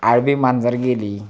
आडवी मांजर गेली